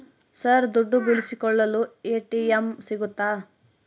Sir ದುಡ್ಡು ಬಿಡಿಸಿಕೊಳ್ಳಲು ATM ಸಿಗುತ್ತಾ?